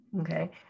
okay